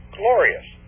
glorious